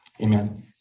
Amen